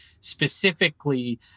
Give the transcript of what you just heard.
specifically